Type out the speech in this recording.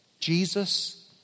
Jesus